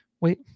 wait